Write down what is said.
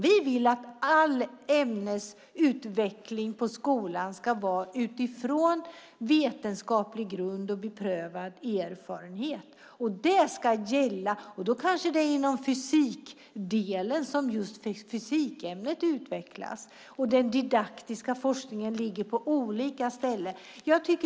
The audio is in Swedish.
Vi vill att all ämnesutveckling i skolan ska ske utifrån vetenskaplig grund och beprövad erfarenhet. Det ska gälla. Då kanske det är inom fysikdelen som just fysikämnet utvecklas. Den didaktiska forskningen ligger på olika ställen.